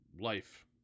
life